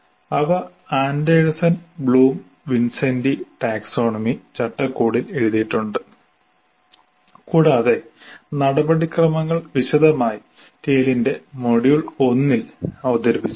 അവ Anderson Bloom വിൻസെന്റി taxonomy ചട്ടക്കൂടിൽ എഴുതിയിട്ടുണ്ട് കൂടാതെ നടപടിക്രമങ്ങൾ വിശദമായി TALE ന്റെ മൊഡ്യൂൾ 1 ൽ അവതരിപ്പിച്ചിരിന്നു